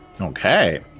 Okay